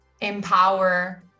empower